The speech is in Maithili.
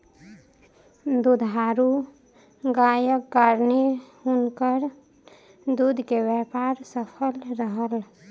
दुधारू गायक कारणेँ हुनकर दूध के व्यापार सफल रहल